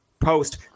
post